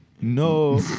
No